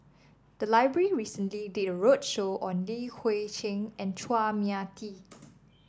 the library recently did a roadshow on Li Hui Cheng and Chua Mia Tee